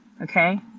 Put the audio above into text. okay